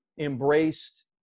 embraced